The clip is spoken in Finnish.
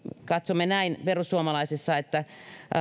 katsomme perussuomalaisissa näin että